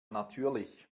natürlich